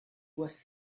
was